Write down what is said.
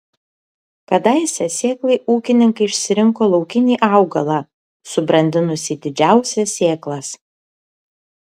kadaise sėklai ūkininkai išsirinko laukinį augalą subrandinusį didžiausias sėklas